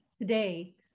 today